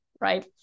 right